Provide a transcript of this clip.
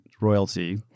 royalty